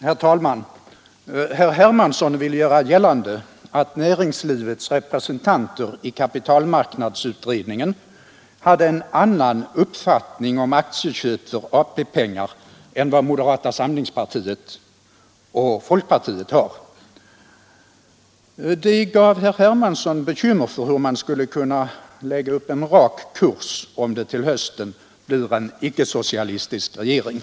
Herr talman! Herr Hermansson ville göra gällande att näringslivets representanter i kapitalmarknadsutredningen hade en annan uppfattning om aktieköp för AP-pengar än vad moderata samlingspartiet och folkpartiet har. Detta gav herr Hermansson bekymmer för att man inte skulle kunna lägga ut en rak kurs, om det till hösten blir en icke-socialistisk regering.